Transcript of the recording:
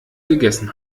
gegessen